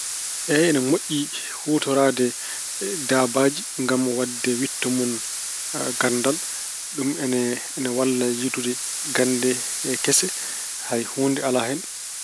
Eey, ine moƴƴi huutoraade daabaaji ngam waɗde wiɗto mun ganndal. Ɗum ine walla yiytude gannde kese. Hay huunde alaa hen.